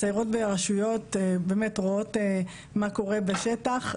באמת רואות מה קורה בשטח.